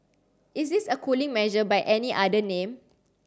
is this a cooling measure by any other name